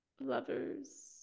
Lovers